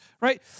right